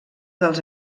dels